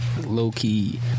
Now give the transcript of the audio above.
low-key